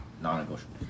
non-negotiable